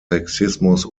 sexismus